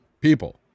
people